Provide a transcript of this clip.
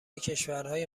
کشورهای